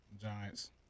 Giants